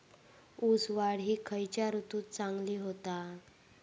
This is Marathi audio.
ऊस वाढ ही खयच्या ऋतूत चांगली होता?